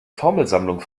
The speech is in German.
formelsammlung